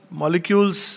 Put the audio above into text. molecules